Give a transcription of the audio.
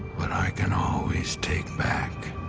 but i can always take back.